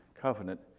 covenant